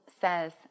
says